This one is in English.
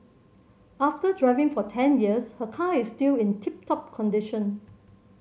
after driving for ten years her car is still in tip top condition